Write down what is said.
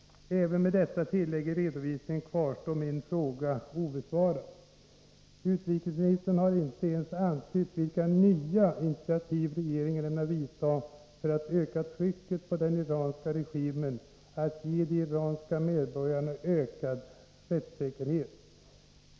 Även med detta tillägg i redovisningen kvarstår emellertid min fråga obesvarad. Utrikesministern har inte ens antytt vilka nya initiativ regeringen ämnar vidta för att öka trycket på den iranska regimen att ge de iranska medborgarna ökad rättssäkerhet.